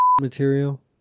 material